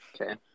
Okay